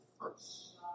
first